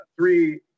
three